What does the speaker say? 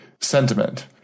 sentiment